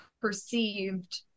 perceived